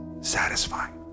satisfying